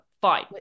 Fine